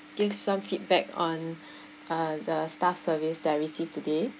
give some feedback on uh the staff service that I received today